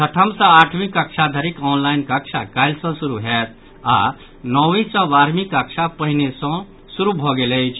छठम् सँ आठवीं कक्षा धरिक ऑनलाईन कक्षा कल्हि सँ शुरू होयत आओर नौवीं सँ बारहवींक कक्षा पहिने सँ शुरू भऽ गेल अछि